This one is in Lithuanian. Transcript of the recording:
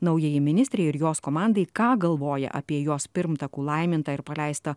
naujajai ministrei ir jos komandai ką galvoja apie jos pirmtakų laimintą ir paleistą